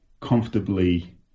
comfortably